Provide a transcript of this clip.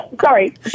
Sorry